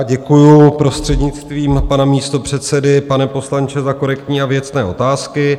Děkuji, prostřednictvím pana místopředsedy, pane poslanče, za korektní a věcné otázky.